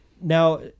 now